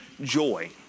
joy